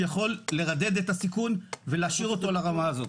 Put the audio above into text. שיכול לרדד את הסיכון ולהשאיר אותו ברמה הזאת.